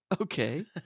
Okay